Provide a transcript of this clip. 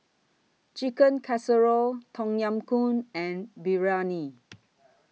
Chicken Casserole Tom Yam Goong and Biryani